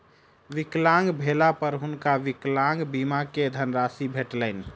विकलांग भेला पर हुनका विकलांग बीमा के धनराशि भेटलैन